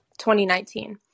2019